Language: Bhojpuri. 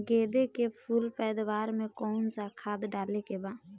गेदे के फूल पैदवार मे काउन् सा खाद डाले के बा?